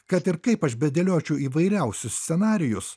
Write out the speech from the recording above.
kad ir kaip aš bedėliočiau įvairiausius scenarijus